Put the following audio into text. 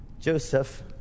Joseph